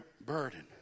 burden